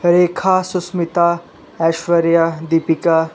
Rekha Sushmita Aishwarya Deepika